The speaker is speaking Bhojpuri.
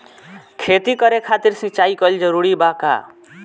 खेती करे खातिर सिंचाई कइल जरूरी बा का?